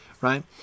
right